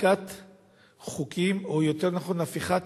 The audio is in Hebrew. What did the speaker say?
בחקיקת חוקים, או יותר נכון הפיכת